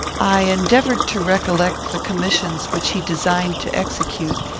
i endeavoured to recollect the commissions which he designed to execute,